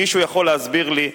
מישהו יכול להסביר לי,